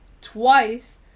twice